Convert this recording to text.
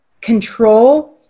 control